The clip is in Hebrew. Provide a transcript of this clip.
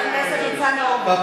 מה